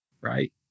right